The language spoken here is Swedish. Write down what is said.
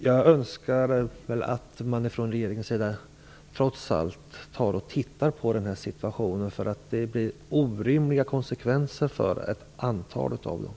Jag önskar att man från regeringens sida trots allt tittar på situationen. Det blir orimliga konsekvenser för ett antal människor.